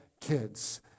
kids